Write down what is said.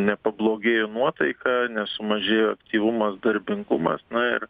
nepablogėjo nuotaika nesumažėjo aktyvumas darbingumas na ir